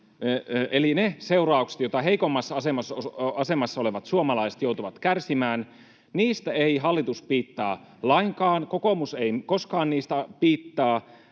Eli niistä seurauksista, joista heikommassa asemassa olevat suomalaiset joutuvat kärsimään, ei hallitus piittaa lainkaan, kokoomus ei koskaan niistä piittaa,